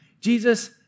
Jesus